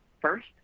First